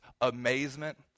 amazement